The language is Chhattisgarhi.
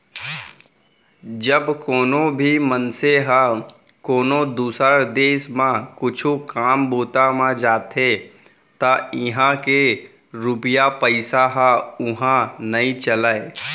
जब कोनो भी मनसे ह कोनो दुसर देस म कुछु काम बूता म जाथे त इहां के रूपिया पइसा ह उहां नइ चलय